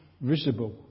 visible